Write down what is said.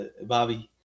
Bobby